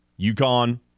UConn